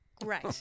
Great